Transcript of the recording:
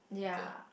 that